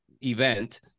event